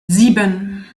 sieben